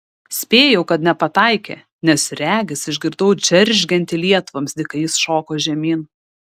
spėjau kad nepataikė nes regis išgirdau džeržgiantį lietvamzdį kai jis šoko žemyn